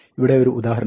ഇവിടെ ഒരു ഉദാഹരണമുണ്ട്